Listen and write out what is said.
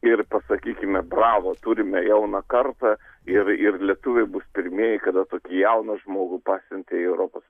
ir pasakykime bravo turime jauną kartą ir ir lietuviai bus pirmieji kada tokį jauną žmogų pasiuntė į europos